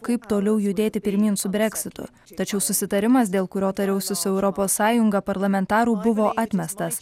kaip toliau judėti pirmyn su breksitu tačiau susitarimas dėl kurio tariausi su europos sąjunga parlamentarų buvo atmestas